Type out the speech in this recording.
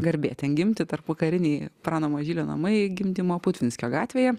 garbė ten gimti tarpukariniai prano mažylio namai gimdymo putvinskio gatvėje